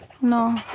no